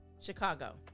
Chicago